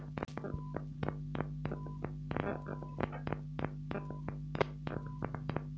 पैसा देश के अर्थव्यवस्था के मजबूत करे लगी ज़रूरी हई